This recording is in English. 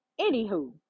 Anywho